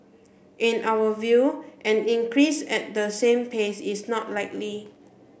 in our view an increase at the same pace is not likely